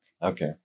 Okay